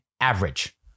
average